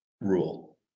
rule